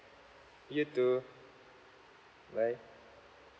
you too bye